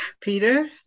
Peter